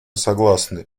согласны